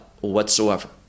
whatsoever